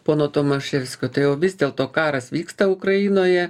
pono tomaševskio tai o vis dėlto karas vyksta ukrainoje